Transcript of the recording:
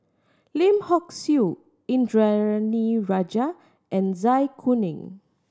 Lim Hock Siew Indranee Rajah and Zai Kuning